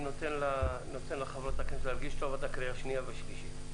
אני נותן לחברות הכנסת להרגיש טוב עד לקריאה השנייה והשלישית.